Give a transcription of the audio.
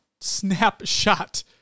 snapshot